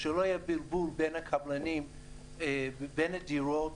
שלא יהיה בלבול בין הקבלנים ובין הדירות,